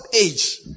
age